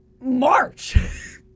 March